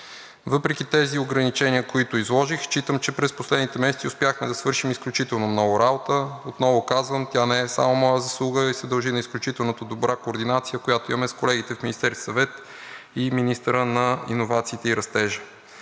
Въпреки тези ограничения, които изложих, считам, че през последните месеци успяхме да свършим изключително много работа. Отново казвам, тя не е само моя заслуга и се дължи на изключително добрата координация, която имаме с колегите в Министерския съвет и министъра на иновациите и растежа.